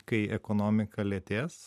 kai ekonomika lėtės